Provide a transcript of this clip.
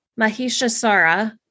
Mahishasara